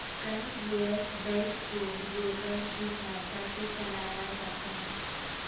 conveyor belt को roller की सहायता से चलाया जाता है